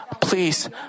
please